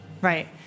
Right